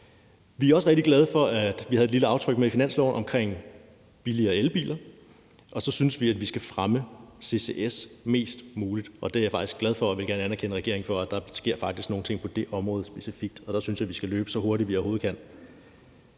Vi er også rigtig glade for, at vi havde et lille aftryk med i finansloven om billigere elbiler, og så synes vi, at vi skal fremme ccs mest muligt. Og jeg er faktisk glad for det, og jeg vil gerne anerkende regeringen for, der sker nogle ting på det område specifikt, og der synes jeg, vi skal løbe, så hurtigt vi overhovedet kan.